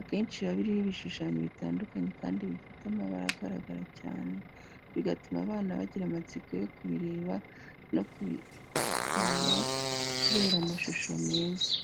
Akenshi biba biriho ibishushanyo bitandukanye kandi bifite amabara agaragara cyane, bigatuma abana bagira amatsiko yo kubireba no kubisomakubera amashusho meza.